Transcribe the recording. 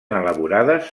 elaborades